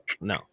No